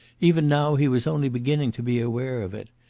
even now he was only beginning to be aware of it.